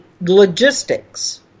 logistics